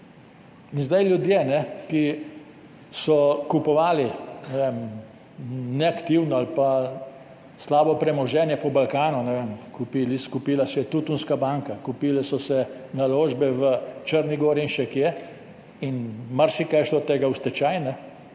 na nič? Ljudje, ki so kupovali, ne vem, neaktivno ali pa slabo premoženje po Balkanu, ne vem, kupila se je Tutunska banka, kupile so se naložbe v Črni gori in še kje in marsikaj je šlo od tega v stečaj